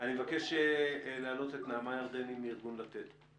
אני מבקש להעלות את נעמה ירדני מארגון "לתת".